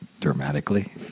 dramatically